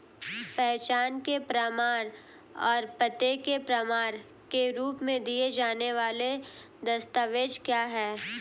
पहचान के प्रमाण और पते के प्रमाण के रूप में दिए जाने वाले दस्तावेज क्या हैं?